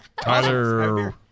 Tyler